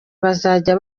bazajya